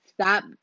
Stop